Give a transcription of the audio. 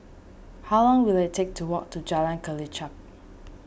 how long will it take to walk to Jalan Kelichap